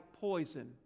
poison